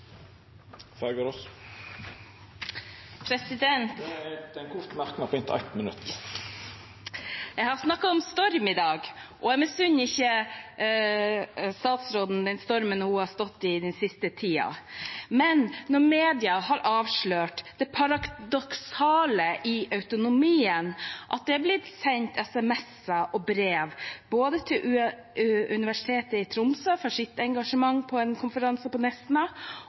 kort merknad, avgrensa til 1 minutt. Jeg har snakket om storm i dag, og jeg misunner ikke statsråden den stormen hun har stått i den siste tiden. Men når mediene har avslørt det paradoksale i autonomien, at det er blitt sendt sms-er og brev til Universitetet i Tromsø for deres engasjement på en konferanse på